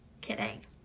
Kidding